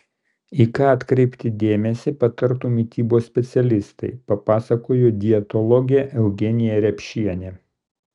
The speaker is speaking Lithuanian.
į ką atkreipti dėmesį patartų mitybos specialistai papasakojo dietologė eugenija repšienė